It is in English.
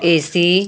AC